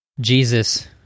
Jesus